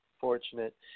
fortunate